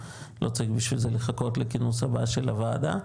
לא צריך לחכות בשביל זה לכינוס הבא של הוועדה.